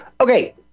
Okay